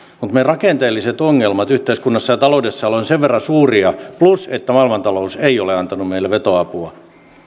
mutta koska meidän rakenteelliset ongelmat yhteiskunnassa ja taloudessa ovat sen verran suuria plus että maailmantalous ei ole antanut meille vetoapua